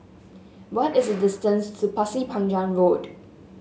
what is the distance to Pasir Panjang Road